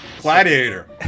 Gladiator